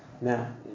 Now